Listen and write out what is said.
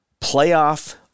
playoff